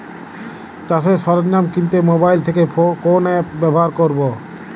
চাষের সরঞ্জাম কিনতে মোবাইল থেকে কোন অ্যাপ ব্যাবহার করব?